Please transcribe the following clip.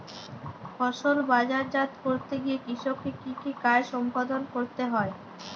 ফসল বাজারজাত করতে গিয়ে কৃষককে কি কি কাজ সম্পাদন করতে হয়?